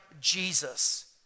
Jesus